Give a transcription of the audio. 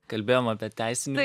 kalbėjom apie teisinę